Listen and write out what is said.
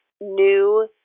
new